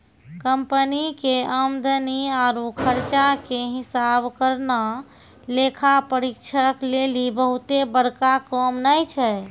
company के आमदनी आरु खर्चा के हिसाब करना लेखा परीक्षक लेली बहुते बड़का काम नै छै